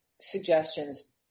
suggestions